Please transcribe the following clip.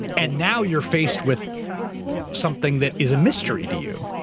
and now you're faced with something that is a mystery to you,